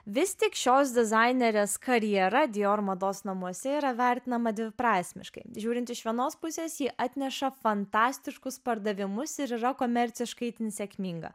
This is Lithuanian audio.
vis tik šios dizainerės karjera dior mados namuose yra vertinama dviprasmiškai žiūrint iš vienos pusės ji atneša fantastiškus pardavimus ir yra komerciškai itin sėkminga